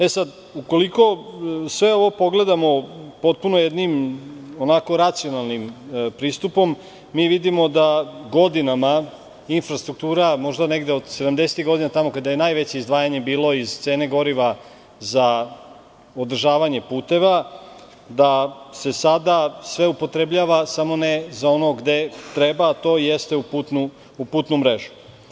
E sad, ukoliko sve ovo pogledamo potpuno jednim onako racionalnim pristupom, mi vidimo da godinama infrastruktura, možda negde od 70-ih godina, tamo kada je najveće izdvajanje bilo iz cene goriva za održavanje puteva, da se sada sve upotrebljava, samo ne za ono gde treba, to jeste u putnu mrežu.